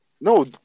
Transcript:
no